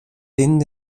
denen